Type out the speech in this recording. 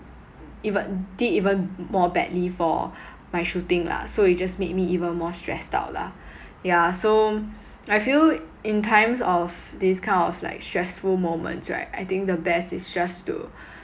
eve~ did even more badly for my shooting lah so it just made me even more stressed out lah yeah so I feel in times of this kind of like stressful moments right I think the best is just to